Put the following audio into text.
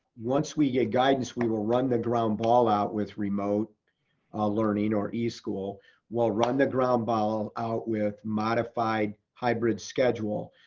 once we get guidance, we will run the ground ball out with remote learning or e-school, we'll run the ground ball out with modified hybrid schedule,